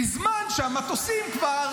בזמן שהמטוסים כבר,